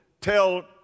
tell